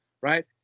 right